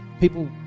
People